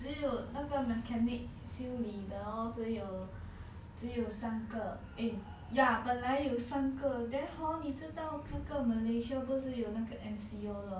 只有那个 mechanic 修理然后只有只有三个 eh ya 本来有三个 then hor 你知道那个 malaysia 不是有那个 M_C_O lor